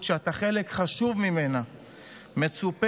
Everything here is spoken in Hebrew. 50 שעות שבהן המשפחה יושבת ומבינה שבנה היקר,